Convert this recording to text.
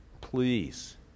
please